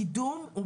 הקידום הוא